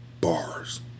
Bars